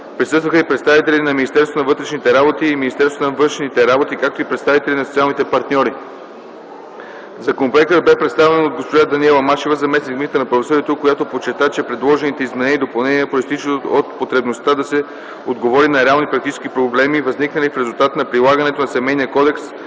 на външните работи, както и представители на социалните партньори. Законопроектът бе представен от госпожа Даниела Машева, заместник-министър на правосъдието, която подчерта, че предложените изменения и допълнения произтичат от потребността да се отговори на реални практически проблеми, възникнали в резултат от прилагането на Семейния кодекс,